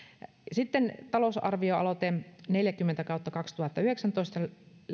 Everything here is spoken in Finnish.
talousarvioaloite neljäkymmentä kautta kaksituhattayhdeksäntoista